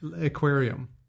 aquarium